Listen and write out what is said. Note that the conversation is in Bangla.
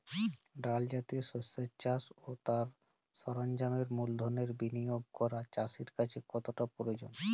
ডাল জাতীয় শস্যের চাষ ও তার সরঞ্জামের মূলধনের বিনিয়োগ করা চাষীর কাছে কতটা প্রয়োজনীয়?